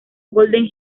golden